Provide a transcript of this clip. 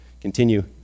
continue